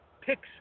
picks